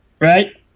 Right